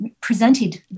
presented